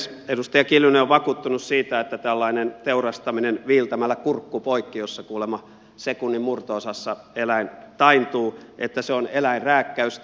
edustaja kiljunen on vakuuttunut siitä että tällainen teurastaminen viiltämällä kurkku poikki jossa kuulemma sekunnin murto osassa eläin taintuu on eläinrääkkäystä